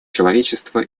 человечества